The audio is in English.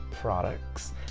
products